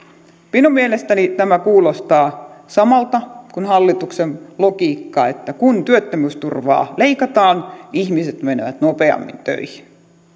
minun mielestäni tämä kuulostaa samalta kuin hallituksen logiikka että kun työttömyysturvaa leikataan ihmiset menevät nopeammin töihin